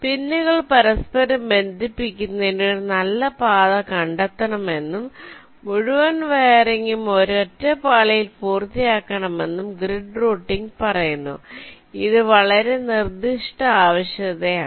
പിന്നുകൾ പരസ്പരം ബന്ധിപ്പിക്കുന്നതിന് ഒരു നല്ല പാത കണ്ടെത്തണമെന്നും മുഴുവൻ വയറിംഗും ഒരൊറ്റ പാളിയിൽ പൂർത്തിയാക്കണമെന്നും ഗ്രിഡ് റൂട്ടിംഗ് പറയുന്നു ഇത് വളരെ നിർദ്ദിഷ്ട ആവശ്യകതയാണ്